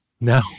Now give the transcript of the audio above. No